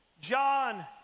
John